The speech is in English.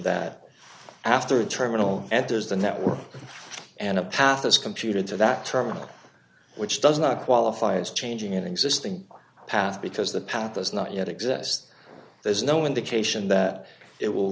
that after terminal enters the network and a path is computed to that terminal which does not qualify as changing an existing path because the path does not yet exist there's no indication that it will